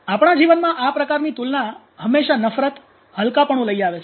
' આપણા જીવનમાં આ પ્રકારની તુલના હંમેશાં નફરત હલકાપણું લઈ આવે છે